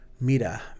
mira